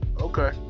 okay